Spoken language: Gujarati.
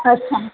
અચ્છા